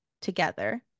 together